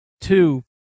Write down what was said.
Two